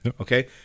okay